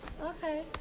Okay